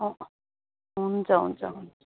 हुन्छ हुन्छ हुन्छ